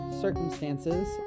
circumstances